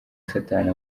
satani